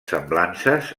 semblances